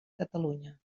catalunya